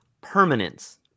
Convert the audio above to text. permanence